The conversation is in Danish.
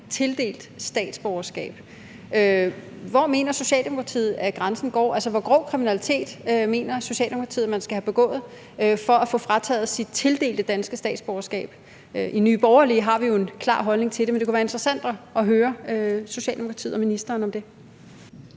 tildelt statsborgerskab. Hvor mener Socialdemokratiet at grænsen går? Altså, hvor grov kriminalitet mener Socialdemokratiet man skal have begået for at få frataget sit tildelte danske statsborgerskab? I Nye Borgerlige har vi jo en klar holdning til det, men det kunne være interessant at høre, hvad Socialdemokratiet og ministeren mener